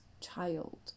child